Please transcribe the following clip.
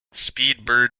speedbird